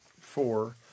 Four